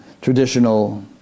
traditional